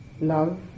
love